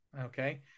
okay